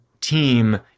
team